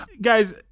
Guys